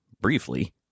briefly